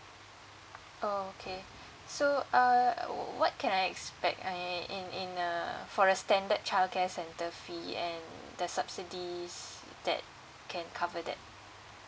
oh okay so err what what what what can I expect uh in in uh for a standard childcare centre fee and the subsidies that can cover that